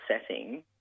setting